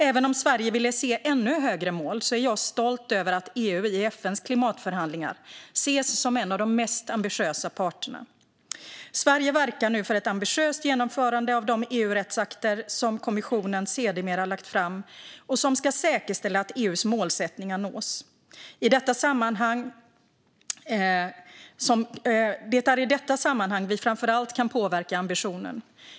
Även om Sverige ville se ännu högre mål är jag stolt över att EU i FN:s klimatförhandlingar ses som en av de mest ambitiösa parterna. Sverige verkar nu för ett ambitiöst genomförande av de EU-rättsakter som kommissionen sedermera lagt fram och som ska säkerställa att EU:s målsättningar nås. Det är i detta sammanhang vi framför allt kan påverka ambitionen.